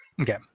Okay